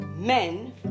Men